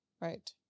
Right